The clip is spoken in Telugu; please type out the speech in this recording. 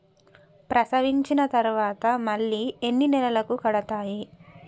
ప్రసవించిన తర్వాత మళ్ళీ ఎన్ని నెలలకు కడతాయి?